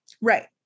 Right